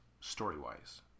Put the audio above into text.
story-wise